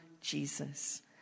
Jesus